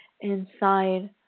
inside